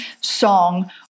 song